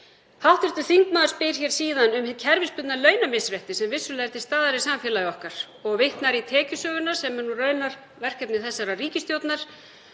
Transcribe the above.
Hv. þingmaður spyr síðan um hið kerfisbundna launamisrétti, sem vissulega er til staðar í samfélagi okkar, og vitnar í Tekjusöguna, sem er raunar verkefni þessarar ríkisstjórnar